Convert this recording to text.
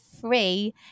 free